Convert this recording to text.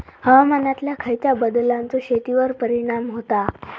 हवामानातल्या खयच्या बदलांचो शेतीवर परिणाम होता?